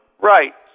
Right